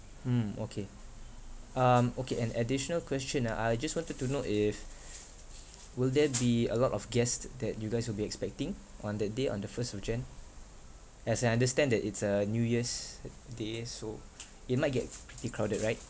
hmm okay um okay an additional question ah I just wanted to know if will there be a lot of guests that you guys will be expecting on that day on the first of jan as I understand that it's uh new year's day so it might get pretty crowded right